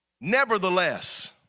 Nevertheless